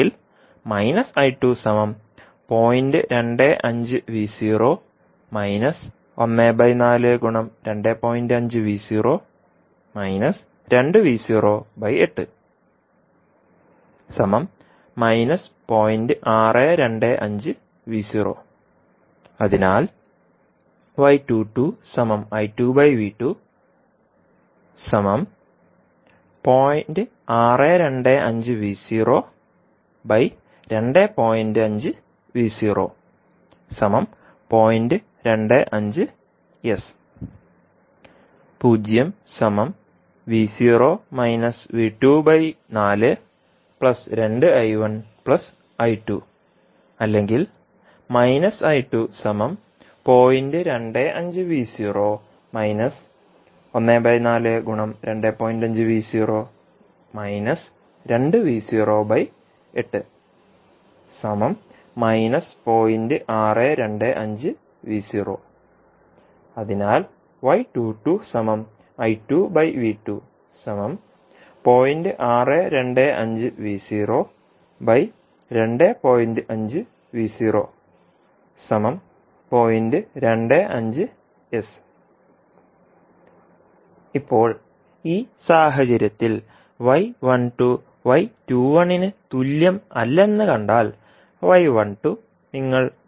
അല്ലെങ്കിൽ അതിനാൽ അല്ലെങ്കിൽ അതിനാൽ ഇപ്പോൾ ഈ സാഹചര്യത്തിൽ ന് തുല്യമല്ലെന്ന് കണ്ടാൽ നിങ്ങൾ